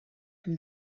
from